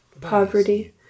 poverty